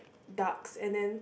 ducks and then